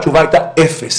התשובה הייתה אפס,